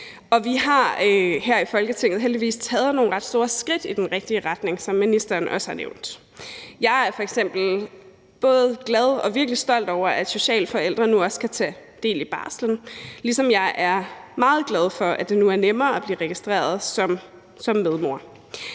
heldigvis taget nogle ret store skridt i den rigtige retning, som ministeren også har nævnt. Jeg er f.eks. både glad og virkelig stolt over, at sociale forældre nu også kan tage del i barslen, ligesom jeg er meget glad for, at det nu er nemmere at blive registreret som medmor.